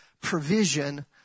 provision